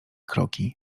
kroki